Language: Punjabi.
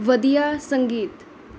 ਵਧੀਆ ਸੰਗੀਤ